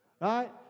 Right